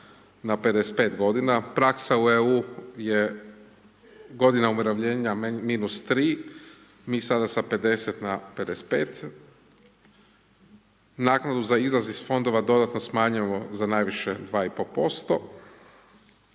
na 55 godina. Praksa u EU je godina umirovljena minus tri, mi sada sa 50 na 55. Naknadu za izlaz iz fondova dodatno smanjujemo za najviše 2,5%